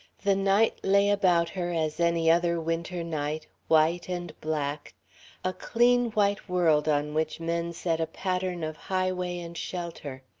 the night lay about her as any other winter night, white and black a clean white world on which men set a pattern of highway and shelter,